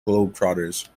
globetrotters